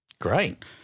Great